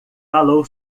falou